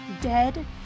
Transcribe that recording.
dead